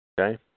Okay